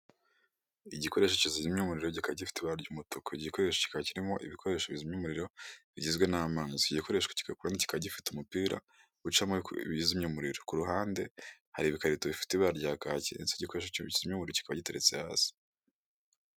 Igikoresho kizimya umuriro kikaba gifite ibara ry' umutuku. Iki gikoresho kikaba kirimo ibikoresho bizimya umuriro bigizwe n'amazi. Iki gikoresho kikaba gifite umupira ucamo ibizimya umuriro. Ku ruhande hari ibikarito bifite ibara rya kaki ndetse iki gikoresho kizimya umuriro kikaba giteretse hasi.